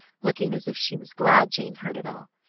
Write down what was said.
looking as if she was glad jane heard it all.